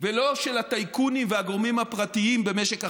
ולא של הטייקונים והגורמים הפרטיים במשק החשמל.